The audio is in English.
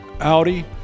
Audi